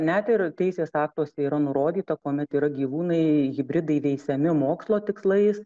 net ir teisės aktuose yra nurodyta kuomet yra gyvūnai hibridai veisiami mokslo tikslais